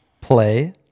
play